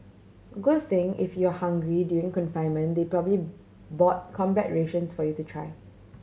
good thing if you're hungry during confinement they probably bought combat rations for you to try